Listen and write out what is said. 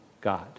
God